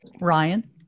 ryan